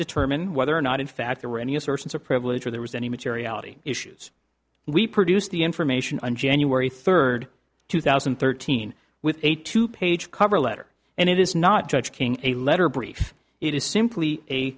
determine whether or not in fact there were any assertions of privilege or there was any materiality issues we produced the information on january third two thousand and thirteen with a two page cover letter and it is not judge king a letter brief it is simply a